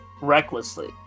Recklessly